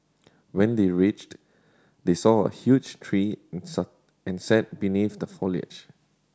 when they reached they saw a huge tree and set and sat beneath the foliage